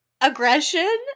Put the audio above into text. aggression